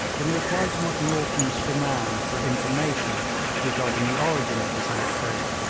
in reply to macnaghten's demand for information regarding the origin of this outbreak,